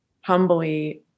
humbly